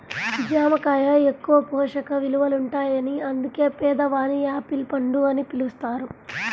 జామ కాయ ఎక్కువ పోషక విలువలుంటాయని అందుకే పేదవాని యాపిల్ పండు అని పిలుస్తారు